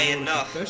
enough